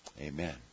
Amen